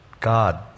God